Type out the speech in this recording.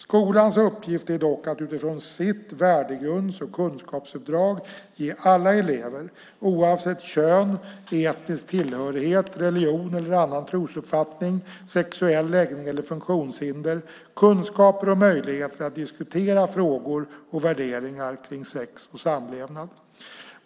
Skolans uppgift är dock att utifrån sitt värdegrunds och kunskapsuppdrag ge alla elever, oavsett kön, etnisk tillhörighet, religion eller annan trosuppfattning, sexuell läggning eller funktionshinder, kunskaper och möjligheter att diskutera frågor och värderingar om sex och samlevnad.